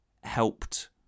helped